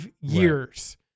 years